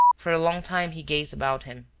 for a long time he gazed about him,